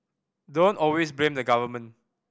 don't always blame the government